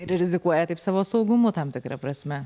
ir rizikuoja taip savo saugumu tam tikra prasme